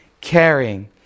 caring